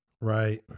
Right